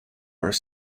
are